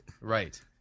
Right